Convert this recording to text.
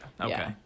Okay